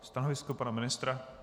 Stanovisko pana ministra?